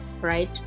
right